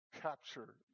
capture